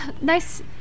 nice